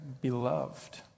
beloved